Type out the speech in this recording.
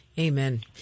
Amen